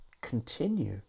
continue